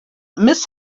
miss